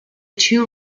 two